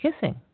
Kissing